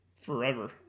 forever